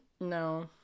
No